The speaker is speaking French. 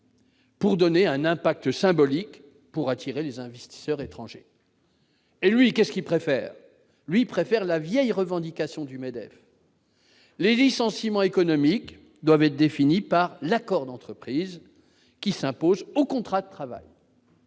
pour donner un impact symbolique pour attirer les investisseurs étrangers et lui qu'est-ce qui préfère, lui, préfère la vieille revendication du MEDEF. Les licenciements économiques doivent être définis par l'accord d'entreprise qui s'impose au contrat de travail.